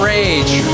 Rage